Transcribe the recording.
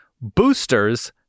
boosters